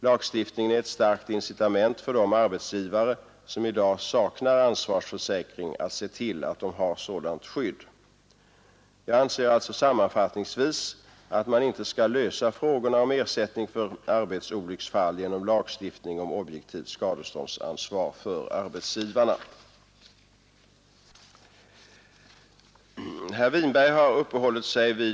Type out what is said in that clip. Lagstiftningen är ett starkt incitament för de arbetsgivare som i dag saknar ansvarsförsäkring att se till att de har sådant skydd. Jag anser alltså sam manfattningsvis att man inte skall lösa frågorna om ersättning för arbetsolycksfall genom lagstiftning om objektivt skadeståndsansvar för arbetsgivarna.